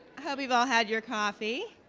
hope you've all had your coffee